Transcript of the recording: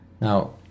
Now